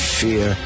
fear